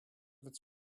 its